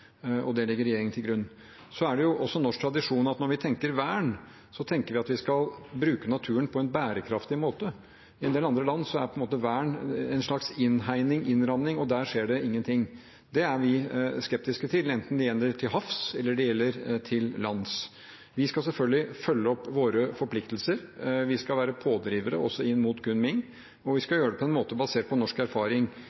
og det legger regjeringen til grunn. Det er også norsk tradisjon at når vi tenker vern, tenker vi at vi skal bruke naturen på en bærekraftig måte. I en del andre land er vern på en måte en slags innhegning/innramming, og der skjer det ingenting. Det er vi skeptiske til, enten det gjelder til havs eller til lands. Vi skal selvfølgelig følge opp våre forpliktelser. Vi skal være pådrivere også inn mot Kunming, og vi skal